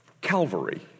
Calvary